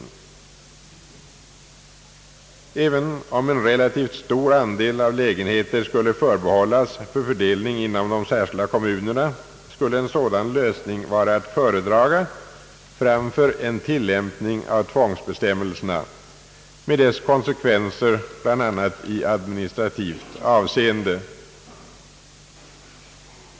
Och även om en relativt stor andel av lägenheter skulle förbehållas en fördelning inom de särskilda kommunerna skulle en sådan lösning vara att föredraga framför en tillämpning av tvångsbestämmelserna med deras konsekvenser bl.a. i administrativt avseende.